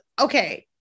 okay